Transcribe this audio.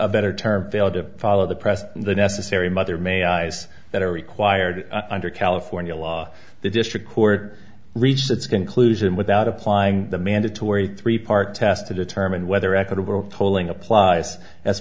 a better term fail to follow the press the necessary mother made eyes that are required under california law the district court reached its conclusion without applying the mandatory three part test to determine whether equitable tolling applies as